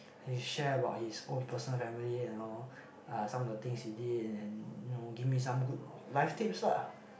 he share about his own personal family and uh all some of the things he did and you know give me some good life tips ah